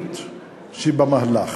המדיניות שבמהלך.